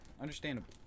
understandable